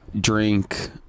drink